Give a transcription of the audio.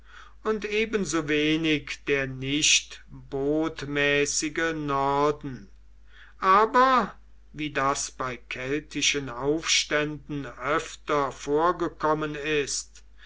und ebensowenig der nicht botmäßige norden aber wie das bei keltischen aufständen öfter vorgekommen ist